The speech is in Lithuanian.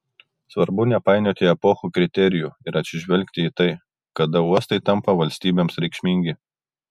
svarbu nepainioti epochų kriterijų ir atsižvelgti į tai kada uostai tampa valstybėms reikšmingi